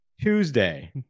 Tuesday